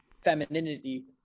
femininity